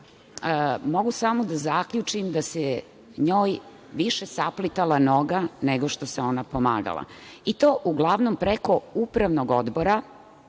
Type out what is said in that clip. mogu samo da zaključim da se njoj više saplitala noga nego što se ona pomagala. I to, uglavnom preko Upravnog odbora,